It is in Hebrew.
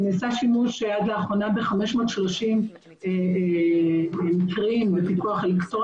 נעשה שימוש עד לאחרונה ב-530 מקרים בממוצע